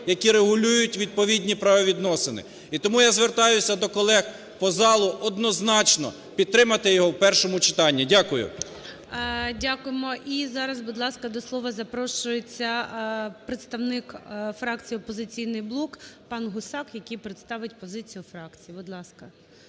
які регулюють відповідні правовідносини. І тому я звертаюся до колег по залу однозначно підтримати його в першому читанні. Дякую. ГОЛОВУЮЧИЙ. Дякуємо. І зараз, будь ласка, до слова запрошується представник фракції "Опозиційний блок" пан Гусак, який представить позицію фракції. Будь ласка,